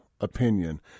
opinion